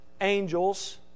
Angels